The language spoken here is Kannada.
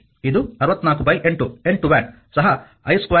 ಇದು 648 8 ವ್ಯಾಟ್ ಸಹ i2R ಆಗಿದೆ